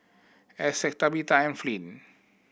Essex Tabetha and Flint